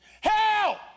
Help